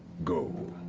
go.